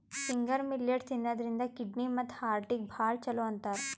finger millet ತಿನ್ನದ್ರಿನ್ದ kidney ಮತ್ತ್ ಹಾರ್ಟಿಗ್ ಭಾಳ್ ಛಲೋ ಅಂತಾರ್